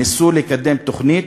ניסו לקדם תוכנית,